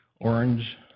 orange